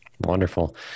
Wonderful